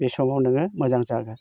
बे समाव नोङो मोजां जागोन